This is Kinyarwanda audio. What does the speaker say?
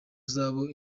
z’abo